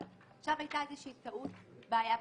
הייתה איזושהי טעות, בעיה בשרשרת.